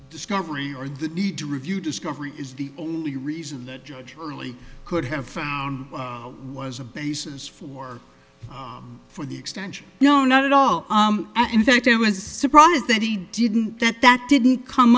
discovery or the need to review discovery is the only reason the judge really could have found was a basis for for the extension no not at all and in fact i was surprised that he didn't that that didn't come